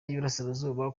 y’iburasirazuba